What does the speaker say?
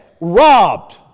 Robbed